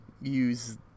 use